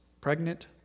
Pregnant